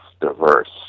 diverse